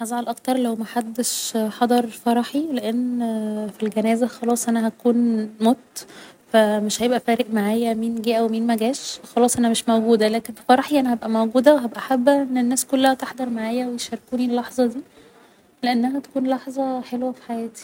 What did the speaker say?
هزعل اكتر لو محدش حضر فرحي لان في الجنازة خلاص أنا هكون مت ف مش هيبقى فارق معايا مين جه او مين مجاش خلاص أنا مش موجودة لكن في فرحي أنا هبقى موجودة و هبقى حابة ان الناس كلها تحضر معايا و يشاركوني اللحظة دي لأنها هتكون لحظة حلوة في حياتي